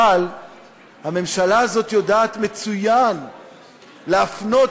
אבל הממשלה הזאת יודעת מצוין להפנות